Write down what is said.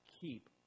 keep